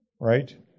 Right